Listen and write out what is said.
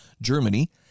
Germany